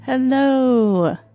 Hello